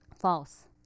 False